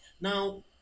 Now